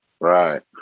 right